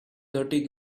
thirty